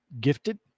gifted